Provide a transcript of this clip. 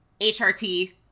HRT